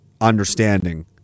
understanding